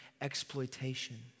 exploitation